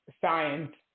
science